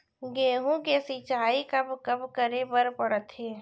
गेहूँ के सिंचाई कब कब करे बर पड़थे?